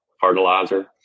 fertilizer